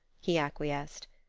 he acquiesced.